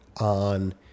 on